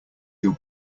your